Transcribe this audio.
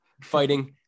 Fighting